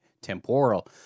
temporal